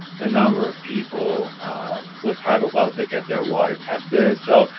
the number of people with private wells to get their water tested. so,